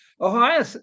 Ohio